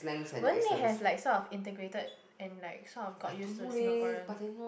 would you need have like some of integrated and like some of got useless to Singaporean